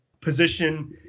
position